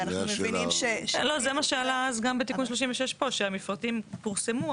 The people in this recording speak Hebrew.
זה מה שעלה אז גם בתיקון 36 שהמפרטים פורסמו,